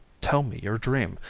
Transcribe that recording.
tell me your dream.